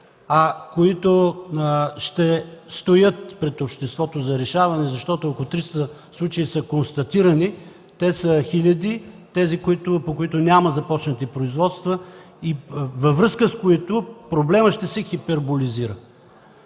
които ще стоят пред обществото за решаване, защото ако 300 случая са констатирани, те са хиляди – тези, по които няма започнати производства, във връзка с които проблемът ще се хиперболизира.